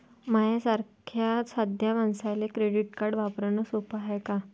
माह्या सारख्या साध्या मानसाले क्रेडिट कार्ड वापरने सोपं हाय का?